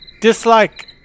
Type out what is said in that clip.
Dislike